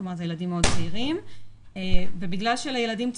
כלומר זה ילדים מאוד צעירים ובגלל שאלה ילדים צעירים,